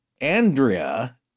Andrea